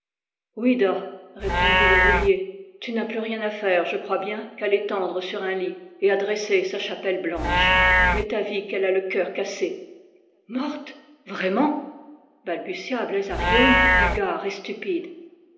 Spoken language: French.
répondit le roulier tu n'as plus rien à faire je crois bien qu'à l'étendre sur un lit et à dresser sa chapelle blanche m'est avis qu'elle a le cœur cassé morte vraiment balbutia bleiz ar yeun hagard et stupide